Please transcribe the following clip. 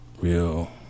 real